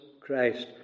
Christ